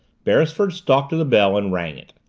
beresford stalked to the bell and rang it.